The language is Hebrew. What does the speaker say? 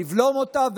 לבלום אותה,